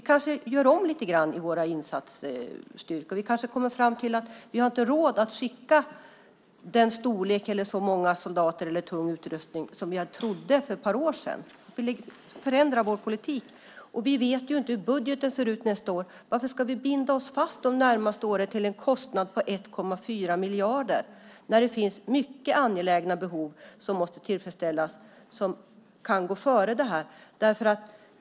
Vi kanske gör om lite grann i våra insatsstyrkor. Vi kanske kommer fram till att vi inte har råd att skicka så många soldater eller så mycket tung utrustning som vi trodde för att par år sedan. Vi kanske förändrar vår politik. Vi vet inte hur budgeten ser ut nästa år. Varför ska vi binda oss fast de närmaste åren till en kostnad på 1,4 miljarder när det finns mycket angelägna behov som måste tillfredsställas som kan gå före detta?